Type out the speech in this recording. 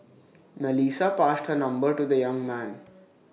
Melissa passed her number to the young man